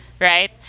right